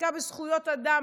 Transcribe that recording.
התעסקה בזכויות אדם,